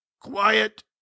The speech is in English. quiet